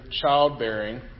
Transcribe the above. childbearing